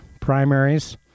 primaries